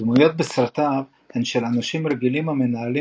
הדמויות בסרטיו הן של אנשים רגילים המנהלים